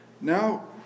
Now